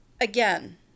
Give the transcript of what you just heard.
Again